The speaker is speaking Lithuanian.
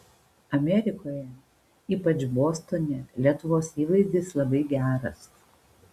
amerikoje ypač bostone lietuvos įvaizdis labai geras